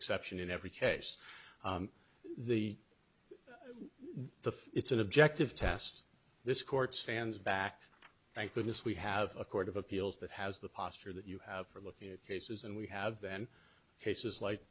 exception in every case the the it's an objective test this court stands back thank goodness we have a court of appeals that has the posture that you have for looking at cases and we have them cases like